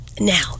Now